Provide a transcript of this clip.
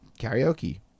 karaoke